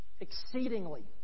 exceedingly